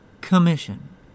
commission